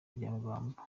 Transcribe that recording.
byabagamba